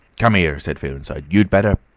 come here, said fearenside you'd better.